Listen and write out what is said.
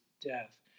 death